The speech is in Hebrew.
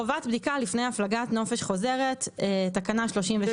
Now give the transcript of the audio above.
הפלגת נופש מוגדרת ככלי שיט,